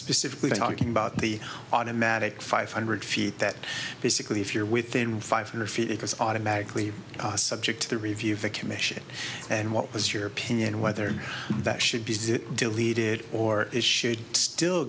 specifically talking about the automatic five hundred feet that basically if you're within five hundred feet it was automatically subject to review of the commission and what was your opinion whether that should be deleted or is should still